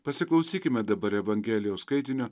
pasiklausykime dabar evangelijos skaitinio